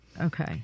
Okay